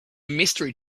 mystery